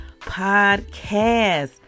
podcast